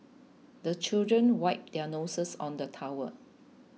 the children wipe their noses on the towel